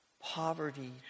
poverty